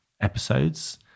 episodes